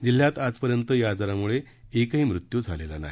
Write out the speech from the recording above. जिल्ह्यात आजपर्यंत या आजारामुळे आतापर्यंत एकही मृत्यू झालेला नाही